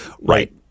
Right